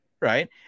Right